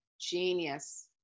Genius